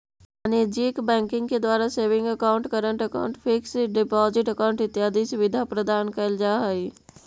वाणिज्यिक बैंकिंग के द्वारा saving account, current account, fix deposit account इत्यादि सुविधा प्रदान कैल जा हइ